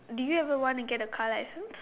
do you ever want to get a car licence